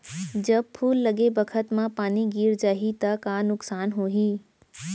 जब फूल लगे बखत म पानी गिर जाही त का नुकसान होगी?